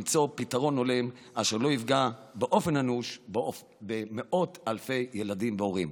למצוא פתרון הולם אשר לא יפגע באופן אנוש במאות אלפי ילדים והורים.